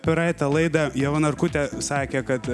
praeitą laidą ieva narkutė sakė kad